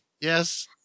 Yes